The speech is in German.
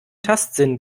tastsinn